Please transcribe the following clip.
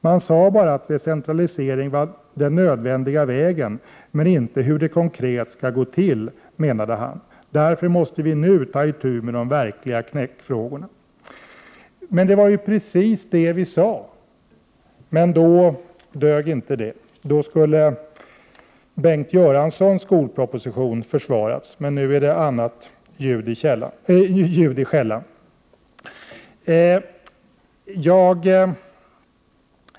Man sade bara att decentralisering var den nödvändiga vägen men inte hur det konkret ska gå till, menade han. 37 — Därför måste vi nu ta itu med de verkliga knäckfrågorna.” Det var ju precis det vi sade, men då dög inte det. Då skulle Bengt Göranssons skolproposition försvaras, men nu är det ett annat ljud i skällan.